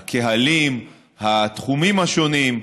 הקהלים, התחומים השונים.